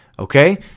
Okay